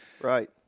right